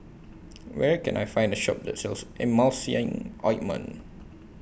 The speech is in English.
Where Can I Find A Shop that sells Emulsying Ointment